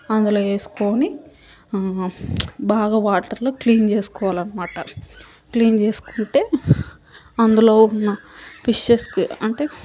అందులో ఏసుకోని బాగా వాటర్లో క్లీన్ చేసుకోవాలి అనమాట క్లీన్ చేసుకుంటే అందులో ఉన్న ఫిషెస్కి అంటే